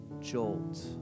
jolt